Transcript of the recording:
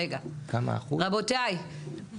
רבותיי,